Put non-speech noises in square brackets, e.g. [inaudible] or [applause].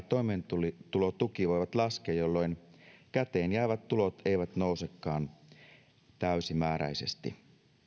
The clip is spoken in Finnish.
[unintelligible] toimeentulotuki voivat laskea jolloin käteen jäävät tulot eivät nousekaan täysimääräisesti